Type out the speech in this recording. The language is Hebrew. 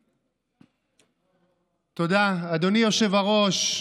תודה, אדוני היושב-ראש.